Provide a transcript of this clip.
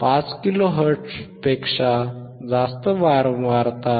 5 kilo हर्ट्झपेक्षा जास्त वारंवारता 1